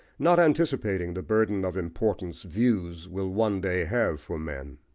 not anticipating the burden of importance views will one day have for men.